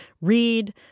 read